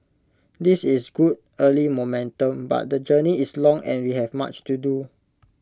this is good early momentum but the journey is long and we have much to do